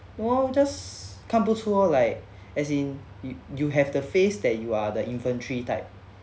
oh just 看不出 oh like as in you have the face that you are the infantry type